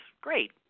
great